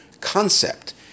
concept